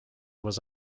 was